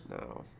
No